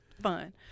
Fun